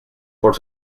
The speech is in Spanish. por